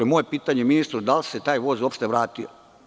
Moje pitanje ministru – da li se taj voz uopšte vratio?